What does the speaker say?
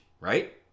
right